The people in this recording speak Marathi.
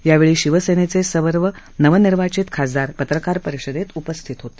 यावेळी शिवसेनेचे सर्व नवनिर्वाचित खासदार पत्रकार परिषदेत उपस्थित होते